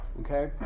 Okay